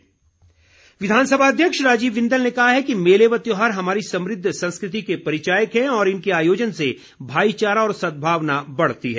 बिंदल विधानसभा अध्यक्ष राजीव बिंदल ने कहा है कि मेले व त्योहार हमारी समृद्ध संस्कृति के परिचायक हैं और इनके आयोजन से भाईचारा और सदभावना बढ़ती है